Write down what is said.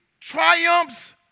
triumphs